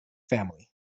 family